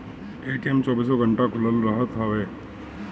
ATM चौबीसो घंटा खुलल रहत हवे